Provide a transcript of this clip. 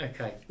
Okay